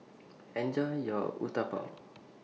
Enjoy your Uthapam